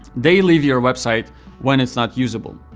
they leave your website when it's not usable.